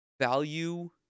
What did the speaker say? value